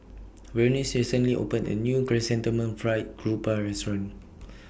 Vernice recently opened A New Chrysanthemum Fried Garoupa Restaurant